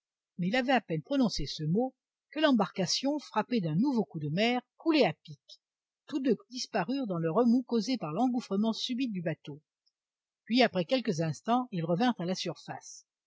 mais il avait à peine prononcé ce mot que l'embarcation frappée d'un nouveau coup de mer coulait à pic tous deux disparurent dans le remous causé par l'engouffrement subit du bateau puis après quelques instants ils revinrent à la surface